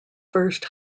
first